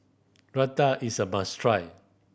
raita is a must try